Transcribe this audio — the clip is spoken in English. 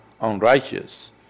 unrighteous